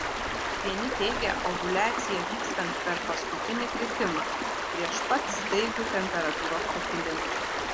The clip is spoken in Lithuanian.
vieni teigia ovuliaciją vykstant per paskutinį kritimą prieš pat staigų temperatūros pakilimą